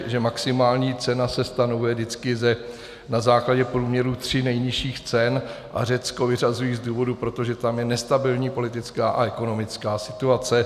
Víte, že maximální cena se stanovuje vždycky na základě průměrů tří nejnižších cen a Řecko vyřazují z důvodu, protože tam je nestabilní politická a ekonomická situace.